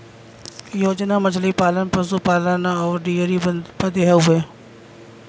योजना मछली पालन, पसु पालन अउर डेयरीए बदे हउवे